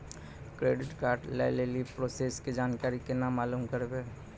Credit card लय लेली process के जानकारी केना मालूम करबै?